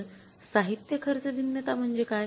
तर साहित्य खर्च भिन्नता म्हणजे काय